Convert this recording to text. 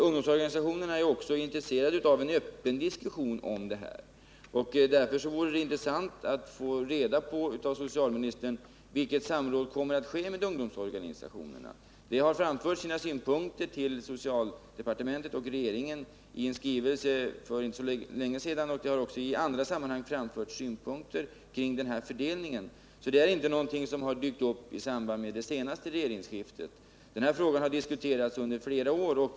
Ungdomsorganisationerna är också intresserade av en öppen diskussion, och därför vore det intressant, om socialministern ville tala om vilket samråd med ungdomsorganisationerna som kommer att ske. De har för inte så länge sedan framfört sina synpunkter i en skrivelse till socialdepartementet. Även i andra sammanhang har det framförts synpunkter beträffande fördelningen. Så den här frågan har inte dykt upp först i samband med det senaste regeringsskiftet, utan den har diskuterats under flera år.